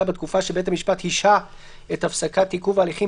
בתקופה שבית המשפט השהה את הפסקת עיכוב ההליכים,